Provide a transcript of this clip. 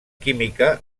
química